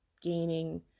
gaining